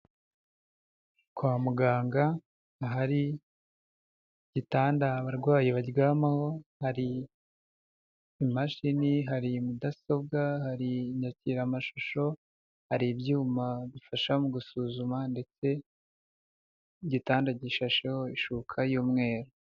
Kwa muganga ahari igitanda abarwayi baryamaho hari imashini, hari mudasobwa, hari inyakiramashusho, hari ibyuma bifasha mu gusuzuma ndetse n'igitanda gishasheho ishuka y'umweru.